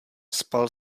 spal